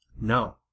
No